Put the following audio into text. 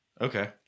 Okay